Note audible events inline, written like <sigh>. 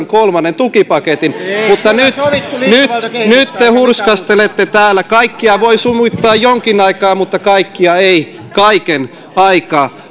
<unintelligible> kolmannen tukipaketin mutta nyt nyt te hurskastelette täällä kaikkia voi sumuttaa jonkin aikaa mutta kaikkia ei kaiken aikaa <unintelligible>